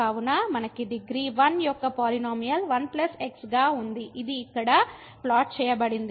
కావున మనకు డిగ్రీ 1 యొక్క పాలినోమియల్ 1 x గా ఉంది ఇది ఇక్కడ ప్లాట్ చేయబడింది